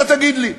אתה תגיד לי,